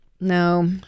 no